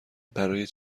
برای